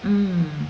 mm